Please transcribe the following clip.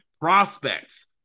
prospects